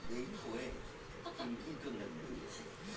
साहब का UPI code खाता से अपने हम जोड़ सकेला?